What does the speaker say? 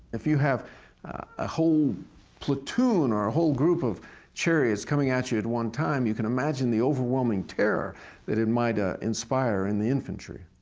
if you have a whole platoon or a whole group of chariots coming at you at one time, you can imagine the overwhelming terror that it might ah inspire in the infantry.